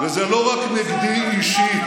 נכשלת, וזה לא רק נגדי אישית.